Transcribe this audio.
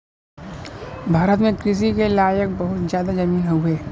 भारत में कृषि के लायक बहुत जादा जमीन हउवे